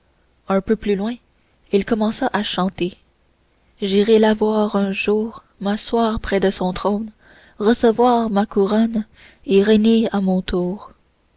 un peu plus loin il commença à chanter j'irai la voir un jour m'asseoir près de son trône recevoir ma couronne et régner à mon tour